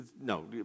No